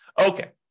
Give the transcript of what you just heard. Okay